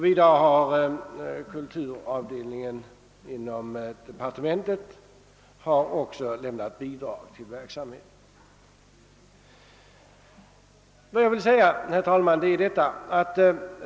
Vidare har även kulturavdelningen inom departementet lämnat bidrag till verksamheten.